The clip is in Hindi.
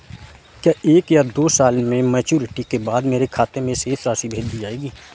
क्या एक या दो साल की मैच्योरिटी के बाद मेरे खाते में राशि भेज दी जाएगी?